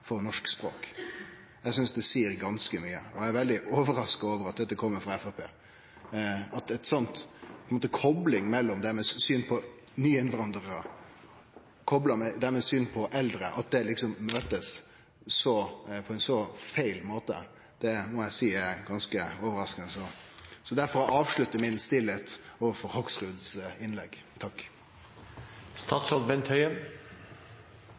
for norsk språk. Eg synest det seier ganske mykje, og eg er ganske overraska over at dette kjem frå Framstegspartiet, ei slik kopling mellom synet deira på nye innvandrarar og synet deira på eldre, som møtest på ein så feil måte. Det må eg seie er ganske overraskande. Der får eg avslutte stilla mi overfor